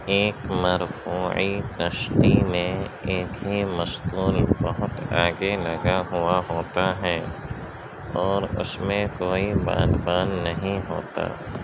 ایک مرفوعی کشتی میں ایک ہی مستول بہت آگے لگا ہوا ہوتا ہے اور اس میں کوئی باد بان نہیں ہوتا